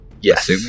Yes